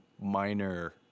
minor